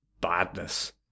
badness